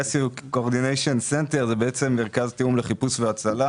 RCC - קורדיניישן סנטר - זה מרכז תיאום לחיפוש והצלה